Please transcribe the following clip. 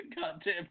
goddamn